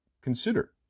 consider